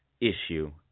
issue